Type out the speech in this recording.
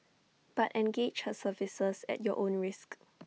but engage her services at your own risk